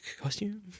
costume